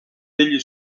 degli